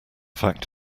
fact